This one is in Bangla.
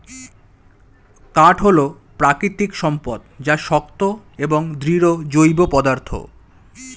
কাঠ হল প্রাকৃতিক সম্পদ যা শক্ত এবং দৃঢ় জৈব পদার্থ